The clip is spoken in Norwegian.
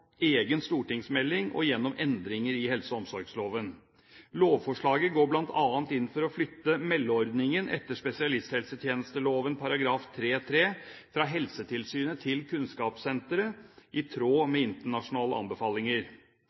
egen stortingsmelding og gjennom endringer i helse- og omsorgsloven. Lovforslaget går bl.a. inn for å flytte meldeordningen etter spesialisthelsetjenesteloven § 3-3 fra Helsetilsynet til Nasjonalt kunnskapssenter, i tråd med internasjonale anbefalinger.